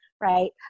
right